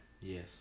Yes